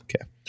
Okay